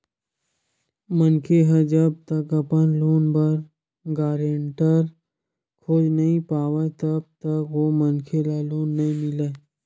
मनखे ह जब तक अपन लोन बर गारेंटर खोज नइ पावय तब तक ओ मनखे ल लोन नइ मिलय